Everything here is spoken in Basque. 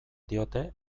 diote